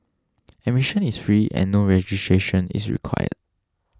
admission is free and no registration is required